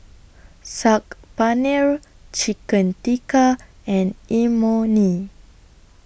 Saag Paneer Chicken Tikka and Imoni